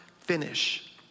finish